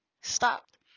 stopped